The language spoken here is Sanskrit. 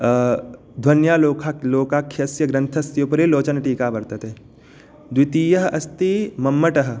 ध्वन्यालोक लोकाख्यस्य ग्रन्थस्य उपरि लोचनटीका वर्तते द्वितीयः अस्ति मम्मटः